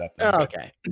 Okay